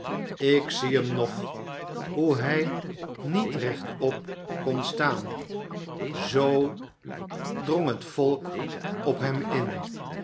ik zie hem nog hoe hij niet rechtop kon staan zoo drong het volk op hem in